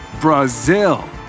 Brazil